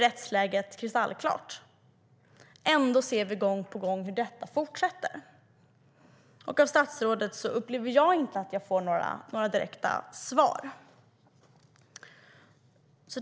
Rättsläget är kristallklart. Ändå ser vi gång på gång att det sker. Jag upplever att jag inte får något svar av statsrådet.